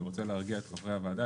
אני רוצה להרגיע את חברי הועדה,